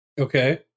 Okay